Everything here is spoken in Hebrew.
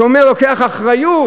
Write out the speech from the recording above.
שאומר, לוקח אחריות